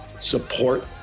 support